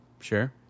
sure